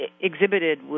exhibited